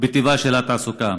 ובטיבה של התעסוקה,